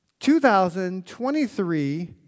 2023